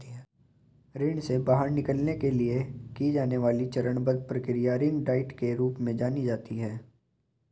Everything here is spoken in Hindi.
ऋण से बाहर निकलने के लिए की जाने वाली चरणबद्ध प्रक्रिया रिंग डाइट के रूप में जानी जाती है